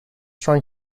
trying